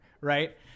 right